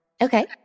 Okay